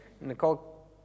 Nicole